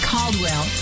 Caldwell